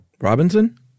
Robinson